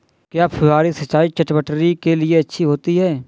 क्या फुहारी सिंचाई चटवटरी के लिए अच्छी होती है?